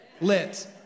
lit